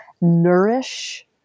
nourish